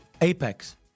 Apex